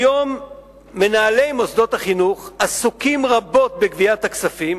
כיום מנהלי מוסדות החינוך עסוקים רבות בגביית הכספים,